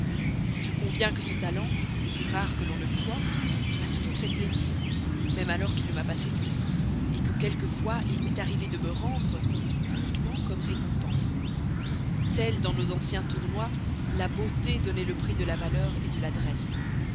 je conviens que ce talent plus rare qu'on ne croit m'a toujours fait plaisir même alors qu'il ne m'a pas séduite que quelquefois il m'est arrivé de me rendre uniquement comme récompense telle dans nos anciens tournois la beauté donnait le prix de la valeur de l'adresse